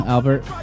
Albert